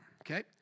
okay